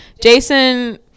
jason